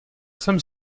jsem